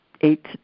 eight